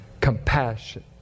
Compassion